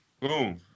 Boom